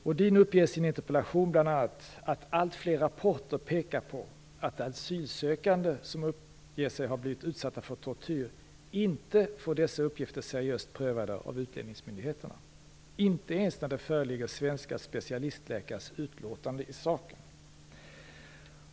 Rohdin uppger i sin interpellation bl.a. att alltfler rapporter pekar på att asylsökande som uppger sig ha blivit utsatta för tortyr inte får dessa uppgifter seriöst prövade av utlänningsmyndigheterna, inte ens när det föreligger svenska specialistläkares utlåtanden i saken.